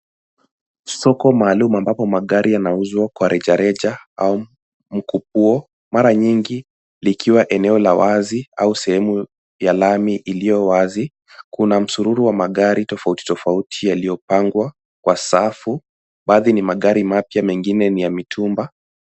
Soko maalum ambapo magari yanauzwa kwa rejareja au mkupuo mara nyingi likiwa eneo la wazi au sehemu ya lami iliyo wazi. Kuna msururu wa magari tofauti tofauti yaliopangwa kwa safu. Baadhi ni magari mapya mengine ni ya mitumba.